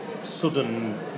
sudden